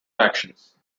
actions